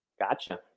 Gotcha